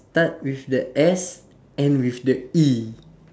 start with the S end with the E